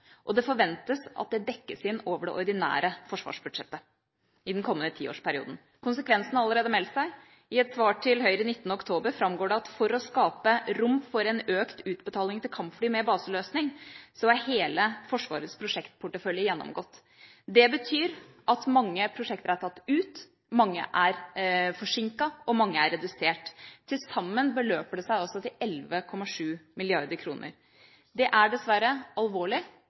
og det forventes at det dekkes inn over det ordinære forsvarsbudsjettet i den kommende tiårsperioden. Konsekvensene har allerede meldt seg. I et svar til Høyre den 19. oktober framgår det at for å skape rom for en økt utbetaling til kampfly med baseløsning, er hele Forsvarets prosjektportefølje gjennomgått. Det betyr at mange prosjekter er tatt ut, mange er forsinket og mange er redusert. Til sammen beløper det seg altså til 11,7 mrd. kr. Det er dessverre alvorlig,